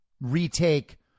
retake